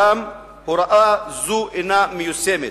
אולם הוראה זו אינה מיושמת.